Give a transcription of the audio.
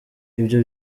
ibyo